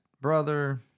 brother